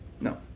No